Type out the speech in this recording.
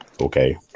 Okay